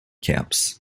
camps